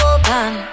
open